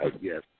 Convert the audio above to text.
Yes